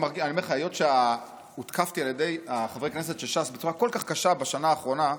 היות שהותקפתי על ידי חברי הכנסת של ש"ס בצורה כל כך קשה בשנה האחרונה,